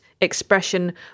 expression